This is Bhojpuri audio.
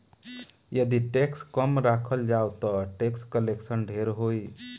यदि टैक्स कम राखल जाओ ता टैक्स कलेक्शन ढेर होई